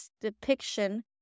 depiction